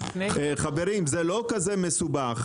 חברים זה לא כזה מסובך,